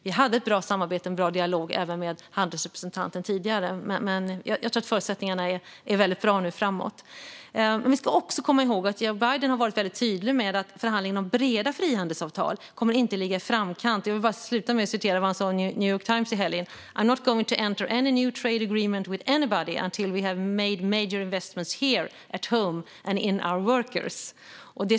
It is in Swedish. Vi hade ett bra samarbete och en bra dialog med handelsrepresentanten även tidigare, men jag tror att förutsättningarna är bättre nu. Vi ska också komma ihåg att Joe Biden har varit väldigt tydlig med att förhandlingen om breda frihandelsavtal inte kommer att ligga i framkant. Låt mig avsluta med att citera vad han sa i New York Times i helgen "I'm not going to enter any new trade agreement with anybody until we have made major investments here at home and in our workers."